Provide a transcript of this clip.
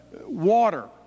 water